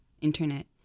Internet